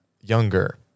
younger